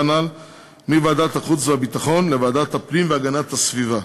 הנ"ל מוועדת החוץ והביטחון לוועדת הפנים והגנת הסביבה.